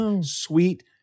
sweet